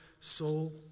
soul